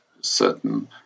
certain